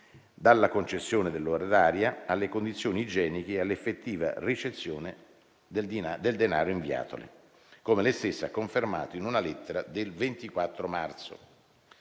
dalla concessione dell'ora d'aria alle condizioni igieniche e all'effettiva ricezione del denaro inviatole, come lei stessa ha confermato in una lettera del 24 marzo.